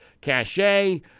cachet